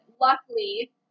luckily